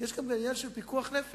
כי יש כאן עניין של פיקוח נפש.